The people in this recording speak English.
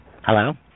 Hello